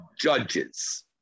judges